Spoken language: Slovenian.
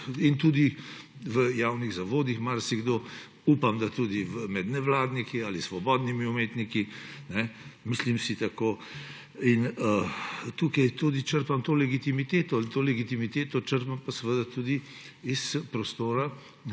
Tudi v javnih zavodih marsikdo, upam, da tudi med nevladniki ali svobodnimi umetniki, mislim si tako in tukaj tudi črpam to legitimiteto. To legitimiteto črpam pa tudi iz prostora,